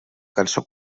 cançó